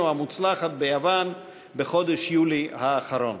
המוצלחת ביוון בחודש יולי האחרון.